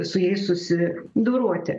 su jais susi doroti